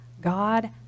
God